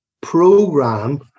program